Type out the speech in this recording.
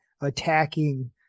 attacking